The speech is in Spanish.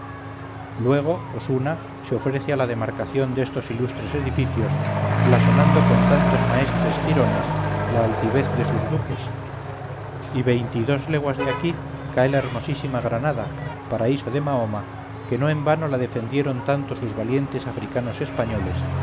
luego osuna se ofrece a la demarcación destos ilustres edificios blasonando con tantos maestres girones la altivez de sus duques y veinte y dos leguas de aquí cae la hermosísima granada paraíso de mahoma que no en vano la defendieron tanto sus valientes africanos españoles